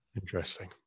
Interesting